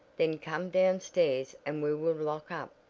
then come down stairs and we will lock up.